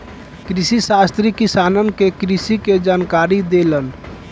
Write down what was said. कृषिशास्त्री किसानन के कृषि के जानकारी देलन